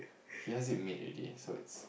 he has it made already so it's